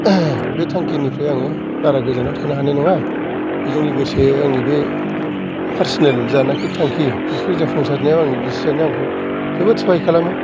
बे थांखि निफ्राय आङो बारा गोजानाव थानो हानाय नङा बिजों लोगोसे आंनि बे पारसेनल जेनाखि थांखि जाफुंसारनायाव आंनि बिसिआनो आंखौ जोबोद सहाय खालामो